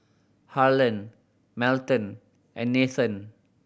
Harlan Melton and Nathen